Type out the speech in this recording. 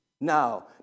now